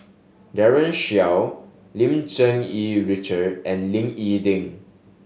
Daren Shiau Lim Cherng Yih Richard and Ying E Ding